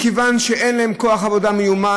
מכיוון שאין להם כוח עבודה מיומן,